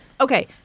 okay